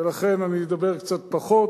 ולכן אני אדבר קצת פחות.